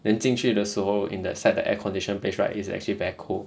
then 进去的时候 in the set the air conditioned place right it's actually very cold